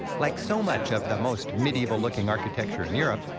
like so much of the most medieval-looking architecture in europe,